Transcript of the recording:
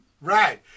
Right